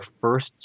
first